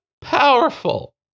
powerful